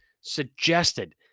suggested